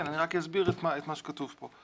רק אסביר את מה שכתוב פה.